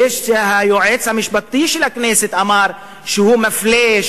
זה שהיועץ המשפטי של הכנסת אמר שהוא מפלה,